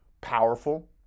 powerful